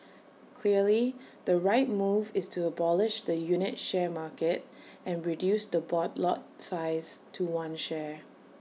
clearly the right move is to abolish the unit share market and reduce the board lot size to one share